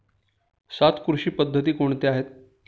सात कृषी पद्धती कोणत्या आहेत?